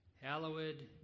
hallowed